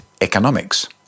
economics